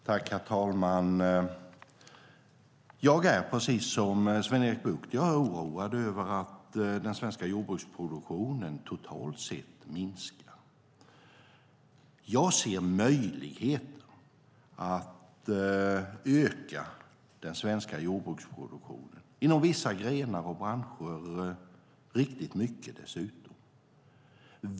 Herr talman! Jag är precis som Sven-Erik Bucht oroad över att den svenska jordbruksproduktionen totalt sett minskar. Jag ser möjligheter att öka den svenska jordbruksproduktionen - inom vissa grenar och branscher dessutom riktigt mycket.